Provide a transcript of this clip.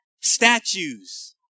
statues